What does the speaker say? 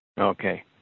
Okay